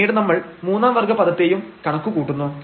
പിന്നീട് നമ്മൾ മൂന്നാം വർഗ്ഗ പദത്തെയും കണക്കുകൂട്ടുന്നു